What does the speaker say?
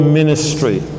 ministry